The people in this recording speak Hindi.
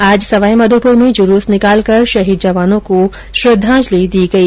आज सवाईमाधोपुर में जुलूस निकालकर शहीद जवानों को श्रद्वांजलि दी गई